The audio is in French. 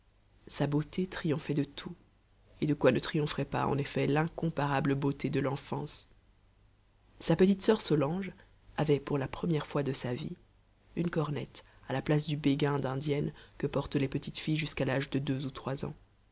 sa beauté triomphait de tout et de quoi ne triompherait pas en effet l'incomparable beauté de l'enfance sa petite sur solange avait pour la première fois de sa vie une cornette à la place du béguin d'indienne que portent les petites filles jusqu'à l'âge de deux ou trois ans